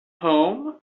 home